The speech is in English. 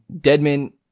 Deadman